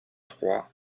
trois